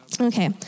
Okay